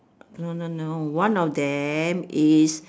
no no no one of them is